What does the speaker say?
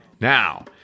now